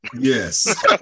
yes